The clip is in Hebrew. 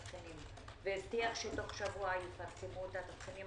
והבטיח שתוך שבוע יפרסמו את התבחינים